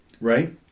Right